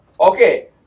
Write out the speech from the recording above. Okay